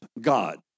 God